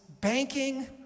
banking